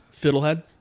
Fiddlehead